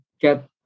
get